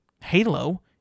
Halo